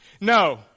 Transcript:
No